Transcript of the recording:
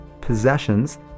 possessions